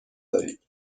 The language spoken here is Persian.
دارید